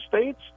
states